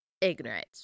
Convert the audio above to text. ignorant